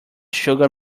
sugar